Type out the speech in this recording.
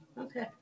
Okay